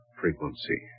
frequency